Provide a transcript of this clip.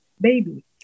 baby